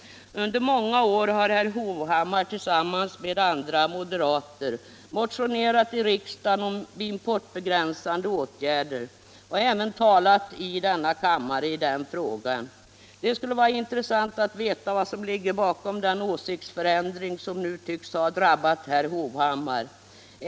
Under många år har herr Hovhammar tillsammans med andra moderater motionerat i riksdagen om importbegränsande åtgärder och även talat här i kammaren i den frågan. Det skulle vara intressant att veta vad som ligger bakom den åsiktsförändring som nu tycks ha drabbat herr Hovhammar.